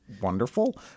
wonderful